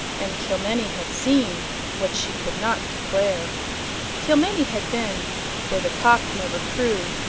and kilmeny had seen what she could not declare kilmeny had been where the cock never crew,